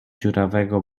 dziurawego